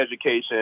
education